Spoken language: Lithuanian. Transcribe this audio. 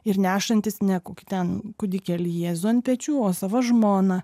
ir nešantis ne kokį ten kūdikėlį jėzų ant pečių o savo žmoną